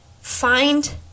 find